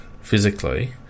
physically